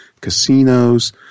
casinos